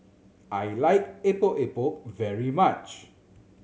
I like Epok Epok very much